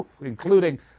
including